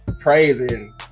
praising